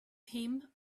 him